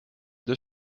deux